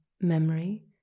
memory